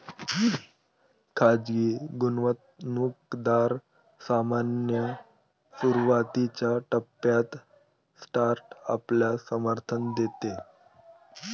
खाजगी गुंतवणूकदार सामान्यतः सुरुवातीच्या टप्प्यात स्टार्टअपला समर्थन देतात